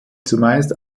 zumeist